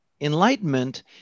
Enlightenment